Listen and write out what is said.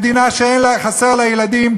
מדינה שחסרים לה ילדים,